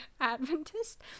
adventist